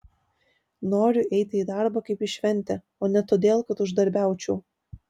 noriu eiti į darbą kaip į šventę o ne todėl kad uždarbiaučiau